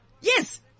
yes